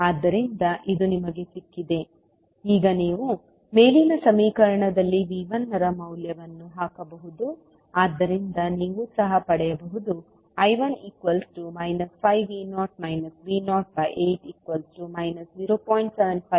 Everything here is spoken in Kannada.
ಆದ್ದರಿಂದ ಇದು ನಿಮಗೆ ಸಿಕ್ಕಿದೆ ಈಗ ನೀವು ಮೇಲಿನ ಸಮೀಕರಣದಲ್ಲಿ V 1 ರ ಮೌಲ್ಯವನ್ನು ಹಾಕಬಹುದು ಆದ್ದರಿಂದ ನೀವು ಸಹ ಪಡೆಯಬಹುದು I1 5V0 V08 0